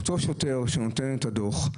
אותו שוטר שנותן דוח,